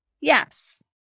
Yes